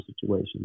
situation